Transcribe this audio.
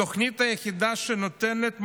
התוכנית היחידה שנותנת מענה,